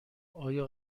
آیا